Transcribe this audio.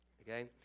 Okay